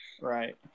Right